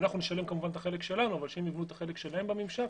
אנחנו נשלם כמובן את החלק שלנו אבל שהם יביאו את החלק שלהם בממשק,